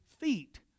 feet